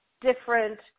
different